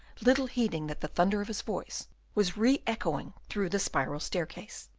little heeding that the thunder of his voice was re-echoing through the spiral staircase.